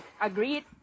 agreed